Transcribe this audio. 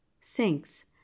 sinks